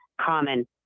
common